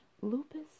Lupus